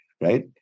right